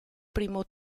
primo